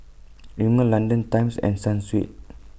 Rimmel London Times and Sunsweet